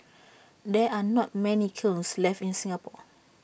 there are not many kilns left in Singapore